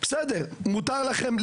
בסדר, מותר לכם לטעון,